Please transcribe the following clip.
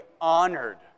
honored